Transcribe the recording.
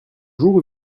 jour